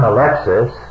Alexis